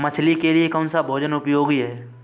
मछली के लिए कौन सा भोजन उपयोगी है?